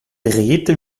dreht